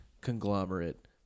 Conglomerate